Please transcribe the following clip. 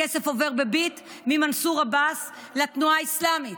הכסף עובר בביט ממנסור עבאס לתנועה האסלאמית,